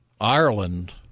Ireland